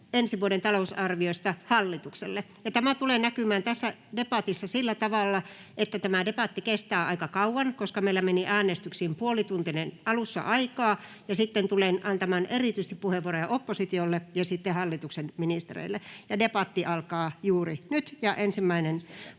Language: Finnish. ensi vuoden talousarviosta hallitukselle, ja tämä tulee näkymään tässä debatissa sillä tavalla, että debatti kestää aika kauan, koska meillä meni äänestyksiin alussa aikaa puolituntinen, ja sitten tulen antamaan puheenvuoroja erityisesti oppositiolle ja sitten hallituksen ministereille. Debatti alkaa juuri nyt.